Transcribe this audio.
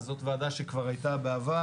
זאת ועדה שכבר הייתה בעבר.